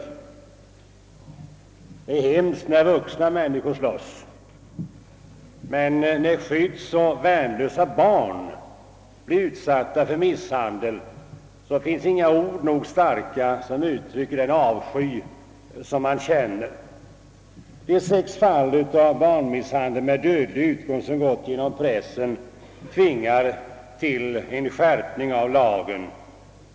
Det är hemskt när vuxna människor slåss, men när skyddsoch värnlösa barn blir utsatta för misshandel finns inga ord starka nog för att uttrycka den avsky man känner. De sex fall av barnmisshandel med dödlig utgång som gått genom pressen har tvingat oss till en skärpning av lagen.